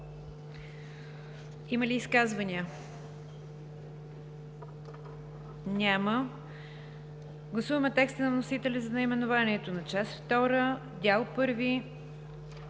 Има ли изказвания? Няма. Гласуваме текста на вносителя за наименованието на Част втора, Дял първи,